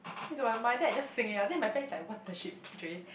into my mind then I just sing it out then my friend is like what the shit Jay